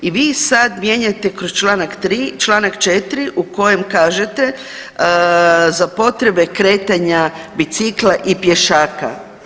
I vi sad mijenjate kroz Članak 3., Članak 4. u kojem kažete za potrebe kretanja bicikla i pješaka.